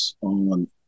on